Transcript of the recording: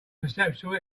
perceptual